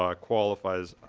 ah qualifys.